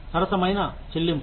సరసమైన చెల్లింపు